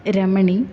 Ramani